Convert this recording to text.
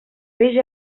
peix